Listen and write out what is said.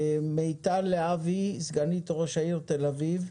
מיטל להבי, סגנית ראש העיר תל אביב-יפו.